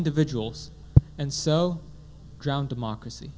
individuals and so drowned democracy